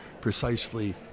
precisely